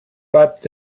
bad